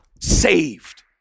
saved